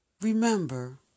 Remember